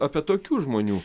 apie tokių žmonių